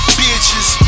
bitches